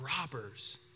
robbers